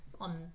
on